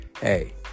Hey